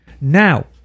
now